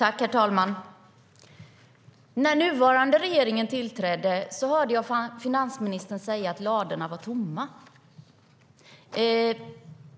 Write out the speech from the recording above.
Herr talman! När nuvarande regeringen tillträdde hörde jag finansministern säga att ladorna var tomma.